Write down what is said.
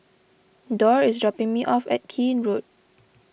Dorr is dropping me off at Keene Road